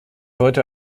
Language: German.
heute